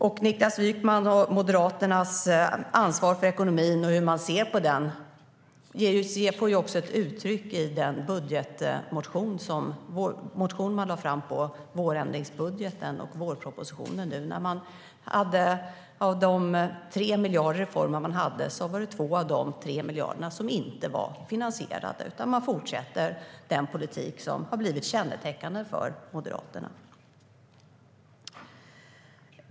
Hur Niklas Wykman och Moderaterna ser på ansvaret för ekonomin kommer till uttryck i den budgetmotion som man lade fram i samband med vårändringspropositionen. Av de reformer för 3 miljarder som man hade var 2 av de 3 miljarderna inte finansierade. Man fortsätter med den politik som har blivit kännetecknande för Moderaterna.